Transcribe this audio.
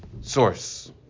source